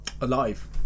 alive